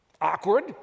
awkward